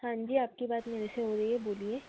हाँ जी आपकी बात मेरे से हो रही है बोलिए